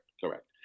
correct